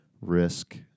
risk